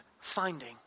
finding